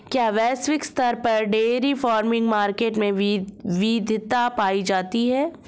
क्या वैश्विक स्तर पर डेयरी फार्मिंग मार्केट में विविधता पाई जाती है?